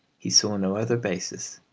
he saw no other basis.